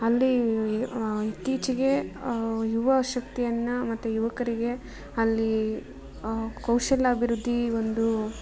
ಅಲ್ಲಿ ಇತ್ತೀಚಿಗೆ ಯುವ ಶಕ್ತಿಯನ್ನು ಮತ್ತು ಯುವಕರಿಗೆ ಅಲ್ಲಿ ಕೌಶಲ್ಯ ಅಭಿವೃದ್ಧಿ ಒಂದು